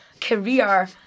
career